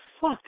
fuck